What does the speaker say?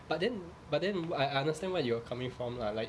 but then but then I understand where you're coming from lah like